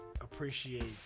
appreciate